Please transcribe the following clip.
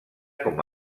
com